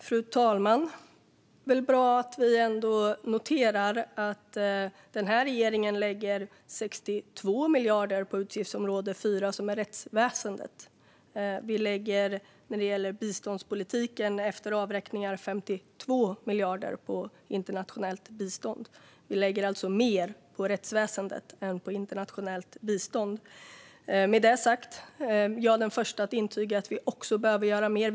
Fru talman! Det är väl bra att vi ändå noterar att regeringen lägger 62 miljarder på utgiftsområdet 4, som är rättsväsendet. Vi lägger när det gäller biståndspolitiken efter avräkningar 52 miljarder på internationellt bistånd. Vi lägger alltså mer på rättsväsendet än på internationellt bistånd. Med det sagt är jag den första att intyga att vi behöver göra mer.